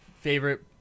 favorite